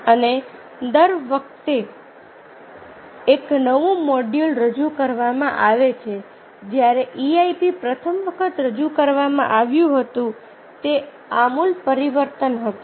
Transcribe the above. અને દર વખતે એક નવું મોડ્યુલ રજૂ કરવામાં આવે છે જ્યારે EIP પ્રથમ વખત રજૂ કરવામાં આવ્યું હતું તે આમૂલ પરિવર્તન હતું